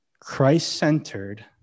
Christ-centered